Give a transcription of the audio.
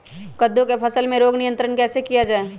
कददु की फसल में रोग नियंत्रण कैसे किया जाए?